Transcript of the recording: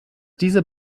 diese